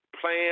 plan